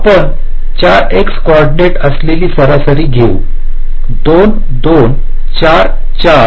आपण 4 x coordinates असलेली सरासरी घेऊ 2 2 4 4